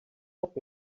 hope